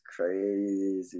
crazy